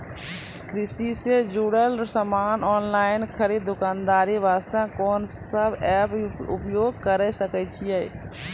कृषि से जुड़ल समान ऑनलाइन खरीद दुकानदारी वास्ते कोंन सब एप्प उपयोग करें सकय छियै?